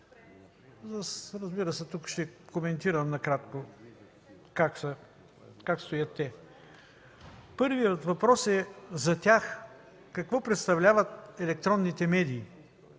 Разбира се, тук ще коментирам накратко как стоят те. Първият въпрос е: „За тях какво представляват електронните медии